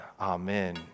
Amen